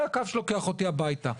זה הקו שלוקח אותי הביתה.